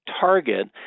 target